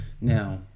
Now